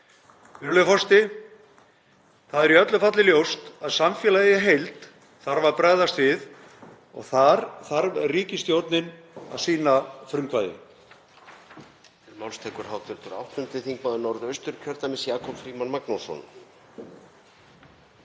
Það er í öllu falli ljóst að samfélagið í heild þarf að bregðast við og þar þarf ríkisstjórnin að sýna frumkvæði.